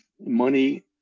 money